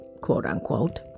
quote-unquote